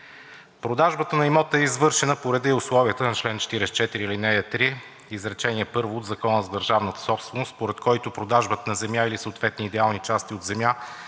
Продажбата на имота е извършена по реда и условията на чл. 44, ал. 3, изречение първо от Закона за държавната собственост, според който продажбата на земя или съответни идеални части от земя